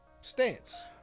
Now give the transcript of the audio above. stance